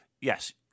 yes